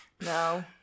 No